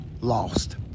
lost